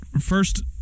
first